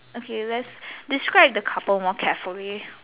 okay where's describe the couple more carefully